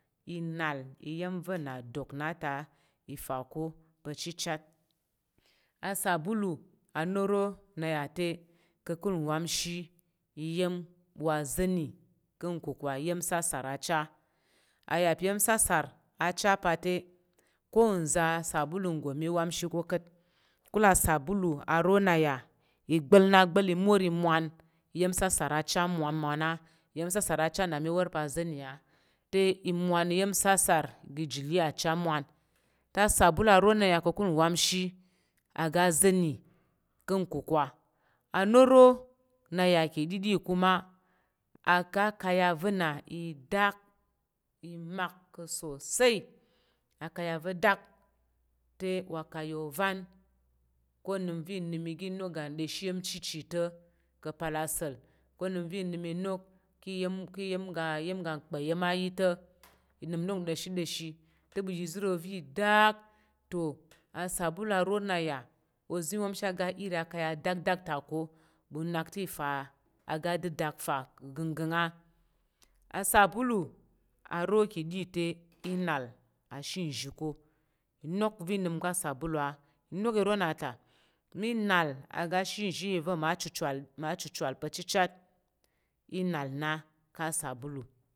Inal iyem ve na dok na ta itako pa cicat a sabolu anoro nnayata kakul nwanshi iyem wa zeny kan kakwa iya sasar a che a yape iyemsasar a che pate. Konze sabolu ngo miwanshiko kat kul a sabolu a ronay i bal nabal imur imwan i yem sasra chemwa mwan na i yem sasar a chemiwar pe a zing a- te imwan yem sasar igegili ache nwam te a sabolu a rinaya kakul wamshim a ga zing kankukwa anoro na ya kedidi kum aga kaya vena idak imak pasosai akaya ve dak te wa akaya oven ko nimvenim ige nok ga domshi iges yem cici to ka pala sal ko nimvenim ige nok keyen keyem ga yem ga bes yem to i num num domdomsh te bu yaka zoro fi idak to a sabolu arona ya ozi wan shago ira akaya dakdak te ko bunak te fa aga adidak fa gingin a asabolu aro kidi te minal ashizh ko inok ve inim ka sabolu a inok iro nata ni nal iga shinzhi nvinver ma chuchal ma chuchal pa chechat inal na ka sabolu.